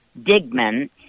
Digman